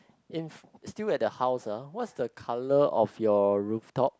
in still at the house ah what's the colour of your rooftop